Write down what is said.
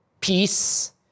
peace